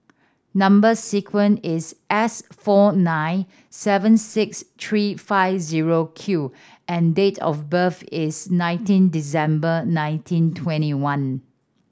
number sequence is S four nine seven six three five zero Q and date of birth is nineteen December nineteen twenty one